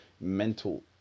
mental